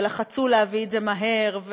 ולחצו להביא את זה מהר,